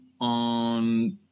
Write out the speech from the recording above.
on